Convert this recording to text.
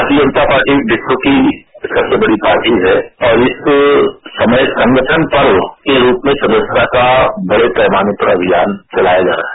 भारतीय जनता पार्टी विश्व की सबसे बड़ी पार्टी है और इस समय संगठन पर्व के रूप में सदस्यता का बड़े पैमाने पर अभियान चलाया जा रहा है